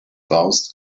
baust